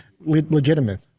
legitimate